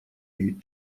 هیچ